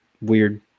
weird